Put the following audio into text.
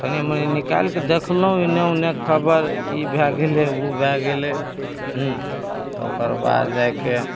तनी मनी निकालिके देखलहुँ इन्ने ओन्नेके खबर ई भए गेलै ओ भए गेलै तऽ ओकर बाद जाइके